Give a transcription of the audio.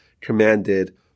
commanded